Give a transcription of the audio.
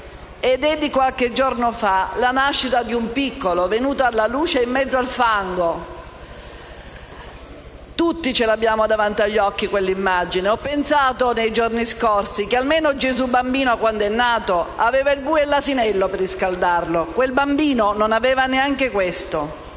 È di qualche giorno fa la nascita di un piccolo venuto alla luce in mezzo al fango: tutti abbiamo davanti agli occhi quell'immagine. Ho pensato, nei giorni scorsi, che, almeno, Gesù bambino, quando è nato, aveva il bue e l'asinello a riscaldarlo, mentre quel bambino non aveva neanche questo.